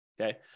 Okay